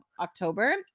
October